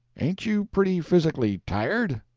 ain't you pretty physically tired?